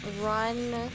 run